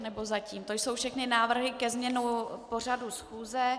Nebo zatím to jsou všechny návrhy ke změně pořadu schůze.